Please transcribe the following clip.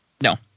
No